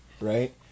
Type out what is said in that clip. right